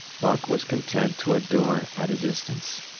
buck was content to adore at a distance.